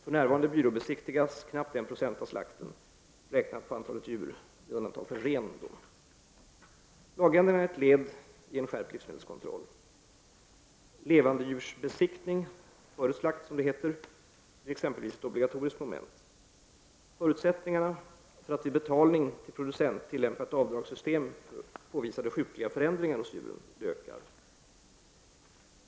För närvarande byråbesiktigas knappt 1 20 av slakten, räknat på antalet djur med undantag för ren. Lagändringarna är ett led i en skärpt livsmedelskontroll. Levandedjursbesiktning före slakt blir exempelvis ett obligatoriskt moment. Förutsättningarna för att det vid betalning till producent tillämpas ett avdragssystem för påvisade sjukliga förändringar hos djuren ökar.